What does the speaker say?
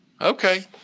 Okay